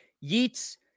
Yeats